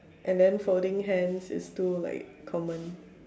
and then holding hands is too like common